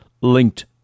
linked